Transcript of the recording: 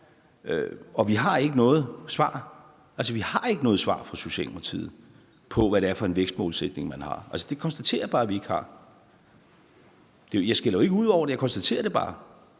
– vi har ikke noget svar – fra Socialdemokratiet på, hvad det er for en vækstmålsætning, man har. Det konstaterer jeg bare at vi ikke har. Jeg skælder jo ikke ud over det, jeg konstaterede det bare,